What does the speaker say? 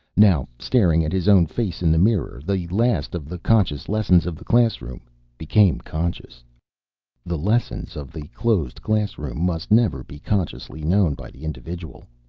now, staring at his own face in the mirror, the last of the conscious lessons of the classroom became conscious the lessons of the closed classroom must never be consciously known by the individual.